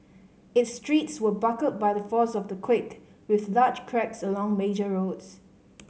its streets were buckled by the force of the quake with large cracks along major roads